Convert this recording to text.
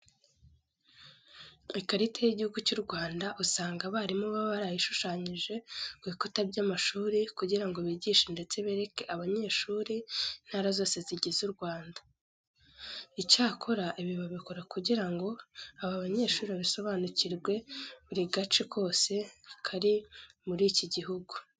Ikarita y'Igihugu cy'u Rwanda usanga abarimu baba barayishushanyije ku bikuta by'amashuri kugira ngo bigishe ndetse bereke abanyeshuri intara zose zigize u Rwanda. Icyakora ibi babikora kugira ngo aba banyeshuri basobanukirwe buri gace kose kari muri iki gihugu.